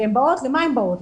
ולמה הן באות,